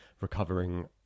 recovering